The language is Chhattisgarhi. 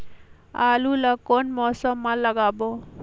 आलू ला कोन मौसम मा लगाबो?